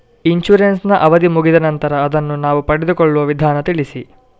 Insurance ನ ಅವಧಿ ಮುಗಿದ ನಂತರ ಅದನ್ನು ನಾವು ಪಡೆದುಕೊಳ್ಳುವ ವಿಧಾನ ತಿಳಿಸಿ?